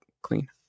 clean